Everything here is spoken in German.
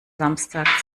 samstag